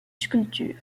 sculptures